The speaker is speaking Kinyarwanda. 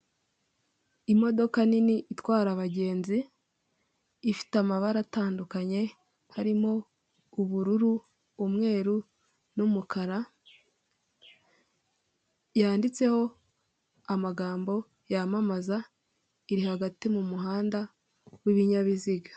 Imodoka nini itwara abagenzi, ifite amabara atandukanye harimo ubururu, umweru n'umukara, yanditseho amagambo yamamaza iri hagati mu muhanda w'ibinyabiziga.